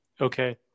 Okay